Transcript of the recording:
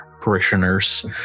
parishioners